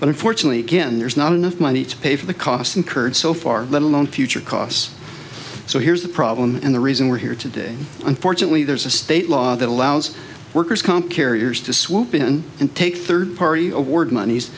but unfortunately again there's not enough money to pay for the costs incurred so far let alone future costs so here's the problem and the reason we're here today unfortunately there's a state law that allows workers comp carriers to swoop in and take third party award monies